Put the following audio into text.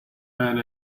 man